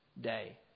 day